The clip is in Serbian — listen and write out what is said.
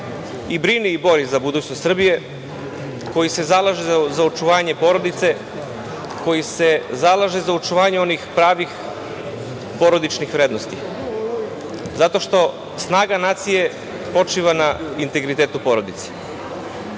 se brine i bori za budućnost Srbije, koji se zalaže za očuvanje porodice, koji se zalaže za očuvanje onih pravih porodičnih vrednosti, zato što snaga nacije počiva na integritetu porodice. Mi